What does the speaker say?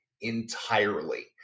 entirely